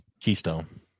Keystone